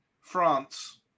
France